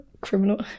Criminal